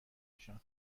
نشان